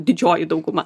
didžioji dauguma